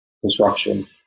Construction